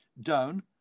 down